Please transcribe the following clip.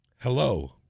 Hello